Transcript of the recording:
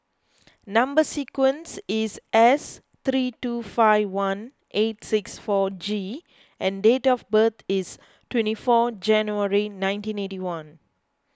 Number Sequence is S three two five one eight six four G and date of birth is twenty four January nineteen eighty one